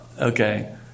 Okay